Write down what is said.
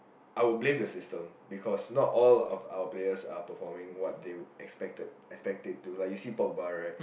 I would blame the system because not all of our players are performing what they expected expected it to you see Pogba right